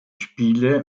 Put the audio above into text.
spiele